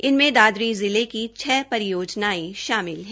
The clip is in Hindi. इनमें दादरी जिला की छः परियोजनाएं शामिल हैं